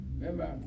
Remember